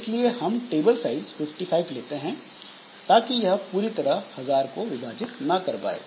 इसलिए हम table size 55 लेते हैं ताकि यह पूरी तरह 1000 को विभाजित ना कर पाए